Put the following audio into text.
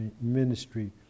ministry